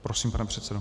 Prosím, pane předsedo.